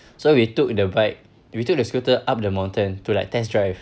so we took the bike we took the scooter up the mountain to like test drive